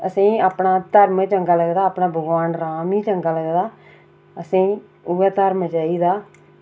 असेंगी अपना धर्म ई चंगा लगदा अपना भगवान राम ई चंगा लगदा असेंगी उऐ धर्म चाहिदा